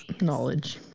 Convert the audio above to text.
knowledge